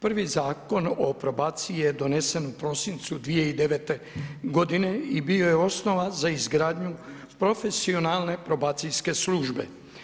Prvi Zakon o probaciji je donesen u prosincu 2009. godine i bio je osnova za izgradnju profesionalne probacijske službe.